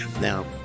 Now